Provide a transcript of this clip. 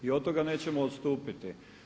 I od toga nećemo odstupiti.